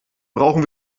brauchen